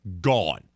gone